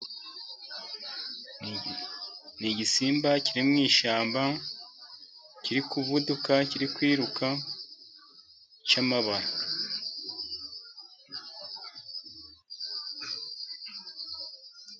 Ni igisimba kiri mu ishyamba kiri kuvudu, kiri kwiruka cy'amabara.